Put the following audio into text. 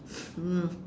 mm